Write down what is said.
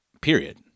Period